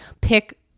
pick